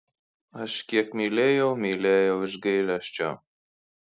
aš kiek mylėjau mylėjau iš gailesčio